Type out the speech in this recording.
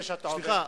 לפני שאתה עונה,